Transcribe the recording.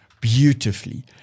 beautifully